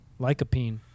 lycopene